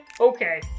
Okay